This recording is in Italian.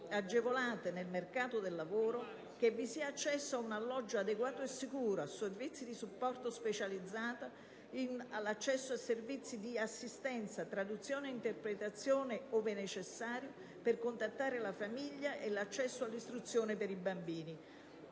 agevolate nel mercato del lavoro, che vi sia accesso a un alloggio adeguato e sicuro, a servizi di supporto specializzato, a servizi di assistenza, traduzione e interpretazione ove necessario per contattare la famiglia e gli amici e che sia garantito l'accesso all'istruzione per i bambini.